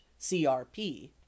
CRP